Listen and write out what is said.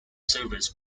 servers